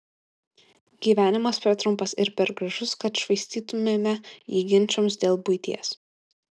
gyvenimas per trumpas ir per gražus kad švaistytumėme jį ginčams dėl buities